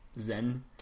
zen